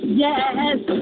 yes